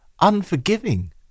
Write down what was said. unforgiving